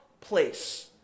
place